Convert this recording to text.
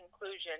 inclusion